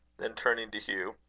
then, turning to hugh,